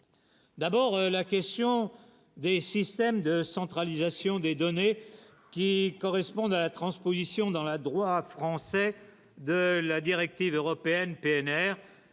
d'abord la question des systèmes de centralisation des données, qui correspondent à la transposition dans la droite. Français de la directive européenne, PNR,